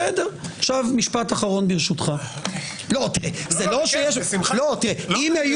משפט אחרון, תראה, לו היו